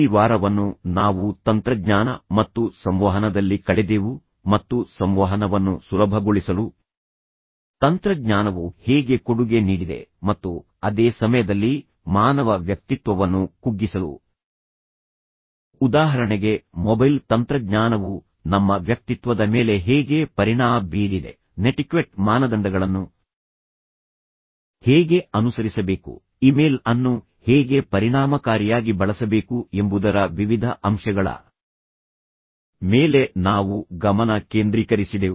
ಇಡೀ ವಾರವನ್ನು ನಾವು ತಂತ್ರಜ್ಞಾನ ಮತ್ತು ಸಂವಹನದಲ್ಲಿ ಕಳೆದೆವು ಮತ್ತು ಸಂವಹನವನ್ನು ಸುಲಭಗೊಳಿಸಲು ತಂತ್ರಜ್ಞಾನವು ಹೇಗೆ ಕೊಡುಗೆ ನೀಡಿದೆ ಮತ್ತು ಅದೇ ಸಮಯದಲ್ಲಿ ಮಾನವ ವ್ಯಕ್ತಿತ್ವವನ್ನು ಕುಗ್ಗಿಸಲು ಉದಾಹರಣೆಗೆ ಮೊಬೈಲ್ ತಂತ್ರಜ್ಞಾನವು ನಮ್ಮ ವ್ಯಕ್ತಿತ್ವದ ಮೇಲೆ ಹೇಗೆ ಪರಿಣಾಮ ಬೀರಿದೆ ನೆಟಿಕ್ವೆಟ್ ಮಾನದಂಡಗಳನ್ನು ಹೇಗೆ ಅನುಸರಿಸಬೇಕು ಇಮೇಲ್ ಅನ್ನು ಹೇಗೆ ಪರಿಣಾಮಕಾರಿಯಾಗಿ ಬಳಸಬೇಕು ಎಂಬುದರ ವಿವಿಧ ಅಂಶಗಳ ಮೇಲೆ ನಾವು ಗಮನ ಕೇಂದ್ರೀಕರಿಸಿದೆವು